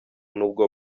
nubwo